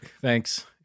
Thanks